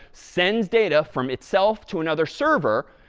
sends data from itself to another server,